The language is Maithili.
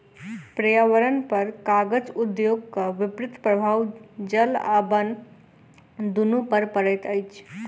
पर्यावरणपर कागज उद्योगक विपरीत प्रभाव जल आ बन दुनू पर पड़ैत अछि